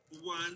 one